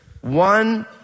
one